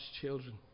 children